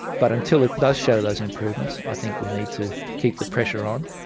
but until it does show those improvements i think we need to keep the pressure on.